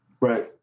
Right